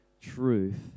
truth